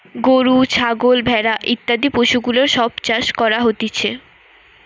গরু, ছাগল, ভেড়া ইত্যাদি পশুগুলার সব চাষ করা হতিছে